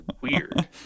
weird